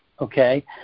Okay